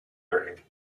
learning